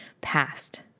past